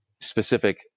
specific